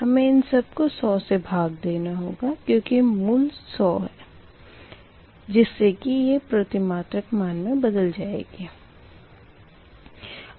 हमें इन सब को 100 से भाग देना होगा क्यूँकि मूल 100 है जिससे की ये प्रतिमात्रक मान मे बदल जाएगी